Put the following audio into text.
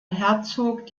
herzog